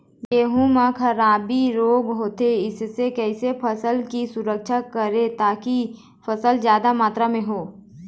गेहूं म खराबी रोग होता इससे कैसे फसल की सुरक्षा करें ताकि फसल जादा मात्रा म हो?